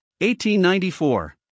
1894